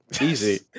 Easy